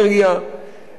ואם לא רוב,